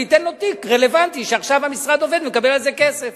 וייתן לו תיק רלוונטי שעכשיו המשרד עובד עליו ומקבל על זה כסף.